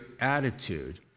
attitude